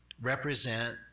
represent